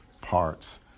parts